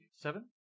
Seven